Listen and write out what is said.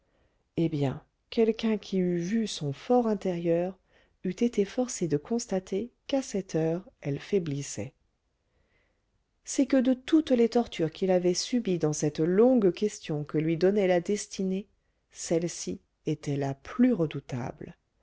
eh bien quelqu'un qui eût vu son for intérieur eût été forcé de constater qu'à cette heure elle faiblissait c'est que de toutes les tortures qu'il avait subies dans cette longue question que lui donnait la destinée celle-ci était la plus redoutable